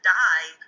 die